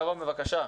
מירום, בבקשה.